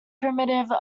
primitive